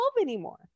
anymore